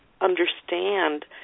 understand